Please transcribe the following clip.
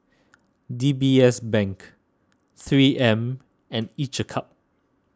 D B S Bank three M and each a cup